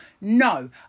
No